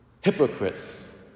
Hypocrites